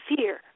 fear